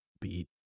beat